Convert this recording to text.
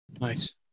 Nice